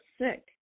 sick